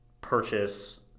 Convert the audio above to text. purchase